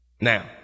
Now